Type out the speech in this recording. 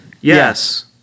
Yes